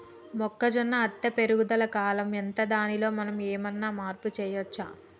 మొక్క అత్తే పెరుగుదల కాలం ఎంత దానిలో మనం ఏమన్నా మార్పు చేయచ్చా?